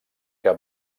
que